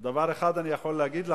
התרגלנו כבר, דבר אחד אני יכול להגיד לך,